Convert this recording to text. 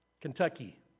Kentucky